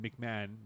McMahon